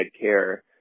care